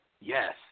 Yes